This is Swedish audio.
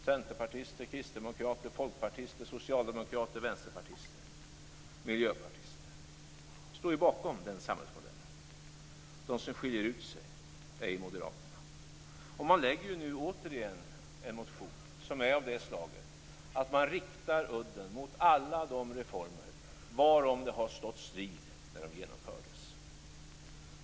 Centerpartister, kristdemokrater, folkpartister, socialdemokrater, vänsterpartister och miljöpartister står ju bakom den samhällsmodellen. De som skiljer ut sig är moderaterna. Man lägger nu återigen fram en motion som är av det slaget att man riktar udden mot alla de reformer varom det har stått strid när de genomfördes.